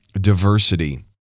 diversity